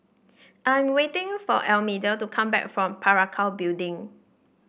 I am waiting for Almedia to come back from Parakou Building